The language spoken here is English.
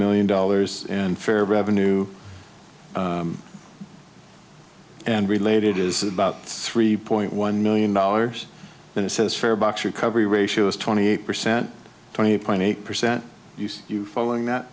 million dollars and fair revenue and related is about three point one million dollars and it says farebox recovery ratio is twenty eight percent twenty point eight percent you see you following that